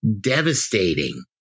devastating